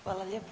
Hvala lijepo.